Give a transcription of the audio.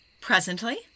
Presently